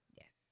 yes